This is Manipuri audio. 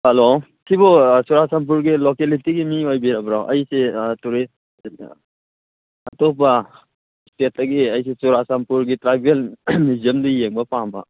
ꯍꯜꯂꯣ ꯁꯤꯕꯨ ꯑꯥ ꯆꯨꯔꯥꯆꯥꯟꯄꯨꯔꯒꯤ ꯂꯣꯀꯦꯂꯤꯇꯤꯒꯤ ꯃꯤ ꯑꯣꯏꯕꯤꯔꯕ꯭ꯔꯣ ꯑꯩꯁꯦ ꯇꯨꯔꯤꯁ ꯑꯇꯣꯞꯄ ꯏꯁꯇꯦꯠꯇꯒꯤ ꯑꯩꯁꯦ ꯆꯨꯔꯥꯆꯥꯟꯄꯨꯔꯒꯤ ꯇ꯭ꯔꯥꯏꯕꯦꯜ ꯃꯤꯎꯖꯤꯌꯝꯗꯨ ꯌꯦꯡꯕ ꯄꯥꯝꯕ